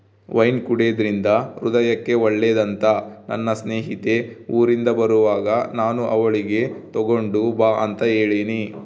wine ಕುಡೆದ್ರಿಂದ ಹೃದಯಕ್ಕೆ ಒಳ್ಳೆದಂತ ನನ್ನ ಸ್ನೇಹಿತೆ ಊರಿಂದ ಬರುವಾಗ ನಾನು ಅವಳಿಗೆ ತಗೊಂಡು ಬಾ ಅಂತ ಹೇಳಿನಿ